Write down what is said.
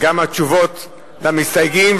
גם התשובות למסתייגים,